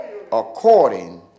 according